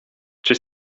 czy